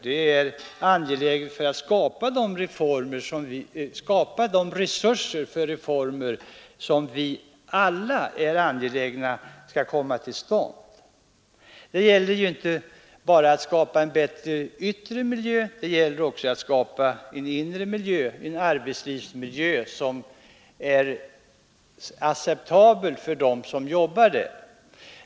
Det är angeläget för att skapa de resurser för reformer som vi alla önskar skall komma till stånd. Det gäller inte bara att åstadkomma en bättre yttre miljö, utan också en god inre miljö — en arbetslivsmiljö som är acceptabel för dem som jobbar där.